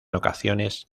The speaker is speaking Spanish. locaciones